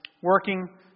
working